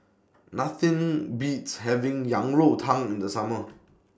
Nothing Beats having Yang Rou Tang in The Summer